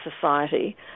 society